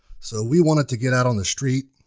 so we wanted to get out on the street